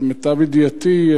למיטב ידיעתי,